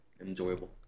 enjoyable